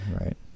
Right